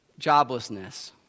joblessness